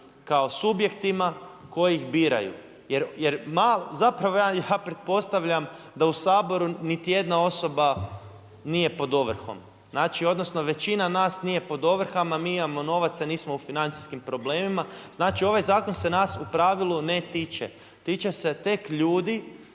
kao subjektima kojih biraju. Zapravo ja pretpostavljam da niti jedna osoba nije pod ovrhom. Znači, odnosno, većina nas nije pod ovrhama, mi imamo novaca, nismo u financijskim problemima, znači ovaj zakon se nas u pravilu ne tiče. Tiče se tek ljudi